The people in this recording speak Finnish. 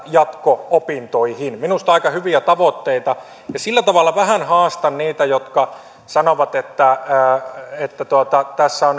jatko opintoihin minusta ne ovat aika hyviä tavoitteita sillä tavalla vähän haastan niitä jotka sanovat että että tässä on